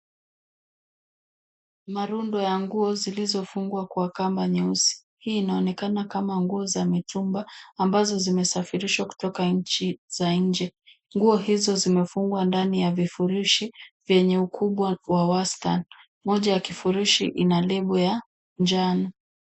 Marundo ya nguo zilizofungwa kwa kamba nyeusi. Hii inaonekana kama nguo za mitumba ambazo zimesafirishwa kutoka nchi za nje. Nguo hizo zimefungwa ndani ya vifurishi vyenye ukubwa wa wastan. Moja ya kifurishi ina lebo ya njano.